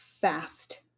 fast